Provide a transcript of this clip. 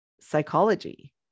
psychology